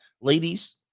Ladies